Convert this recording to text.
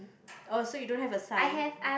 oh so you don't have a sign